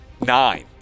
nine